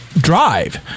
drive